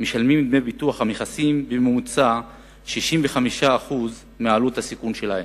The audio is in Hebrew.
משלמים דמי ביטוח המכסים בממוצע 65% מעלות הסיכון שלהם,